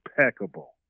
impeccable